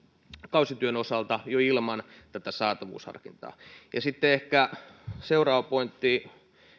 kausityön osalta jo ilman tätä saatavuusharkintaa sitten seuraava pointti